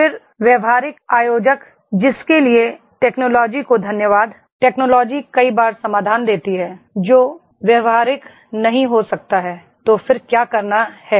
फिर व्यावहारिक आयोजक जिसके लिए टेक्नोलॉजी को धन्यवाद टेक्नोलॉजी कई बार समाधान देती है जो व्यावहारिक नहीं हो सकता है तो फिर क्या करना है